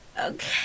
Okay